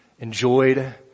enjoyed